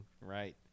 Right